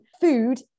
food